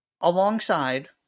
alongside